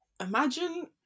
Imagine